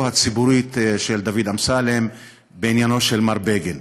הציבורית של דוד אמסלם בעניינו של מר בגין.